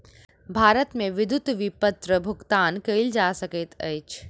भारत मे विद्युत विपत्र भुगतान कयल जा सकैत अछि